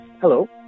Hello